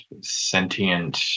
sentient